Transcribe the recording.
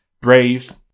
Brave